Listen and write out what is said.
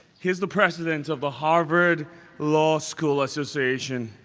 he's the president of the harvard law school association.